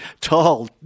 tall